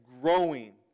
growing